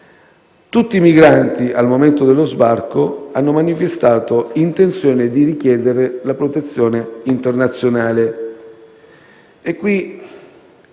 Tutti i migranti, al momento dello sbarco, hanno manifestato l'intenzione di richiedere la protezione internazionale.